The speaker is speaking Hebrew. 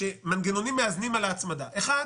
מנגנונים מאזנים על ההצבעה: ראשית,